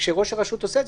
כשראש הרשות עושה את זה,